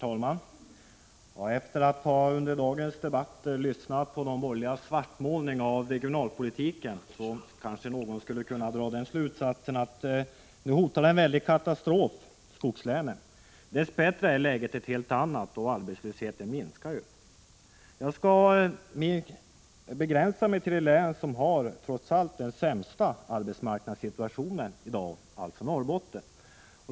Herr talman! Efter att under dagens debatt ha lyssnat på de borgerligas svartmålning av regionalpolitiken kanske någon skulle kunna dra slutsatsen att en väldig katastrof nu hotar skogslänen. Dess bättre är läget ett helt annat, och arbetslösheten minskar. Jag skall begränsa mig till det län som trots allt har den sämsta arbetsmarknadssituationen i dag, alltså Norrbotten.